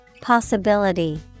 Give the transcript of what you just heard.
Possibility